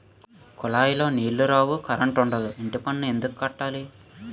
కులాయిలో నీలు రావు కరంటుండదు ఇంటిపన్ను ఎందుక్కట్టాల